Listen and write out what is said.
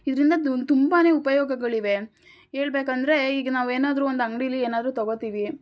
ಇದರಿಂದ ತುಂಬಾ ಉಪಯೋಗಗಳಿವೆ ಹೇಳ್ಬೇಕಂದ್ರೆ ಈಗ ನಾವು ಏನಾದ್ರೂ ಒಂದು ಅಂಗಡೀಲಿ ಏನಾದರೂ ತಗೋತೀವಿ